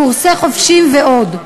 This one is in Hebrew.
קורסי חובשים ועוד.